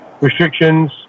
restrictions